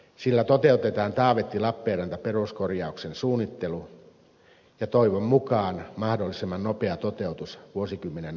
sillä toteutetaan taavettilappeenranta peruskor jauksen suunnittelu ja toivon mukaan mahdollisimman nopea toteutus vuosikymmenen alkupuolella